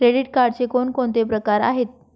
Credit कार्डचे कोणकोणते प्रकार आहेत?